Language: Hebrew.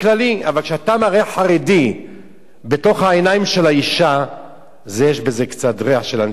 אבל כשאתה מראה חרדי בתוך העיניים של האשה יש בזה קצת ריח של אנטישמיות,